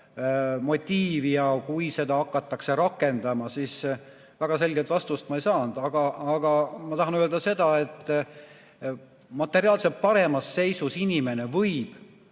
kui seda hakatakse rakendama. Väga selget vastust ma ei saanud. Aga ma tahan öelda seda, et materiaalselt paremas seisus inimene võib